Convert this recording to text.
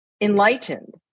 enlightened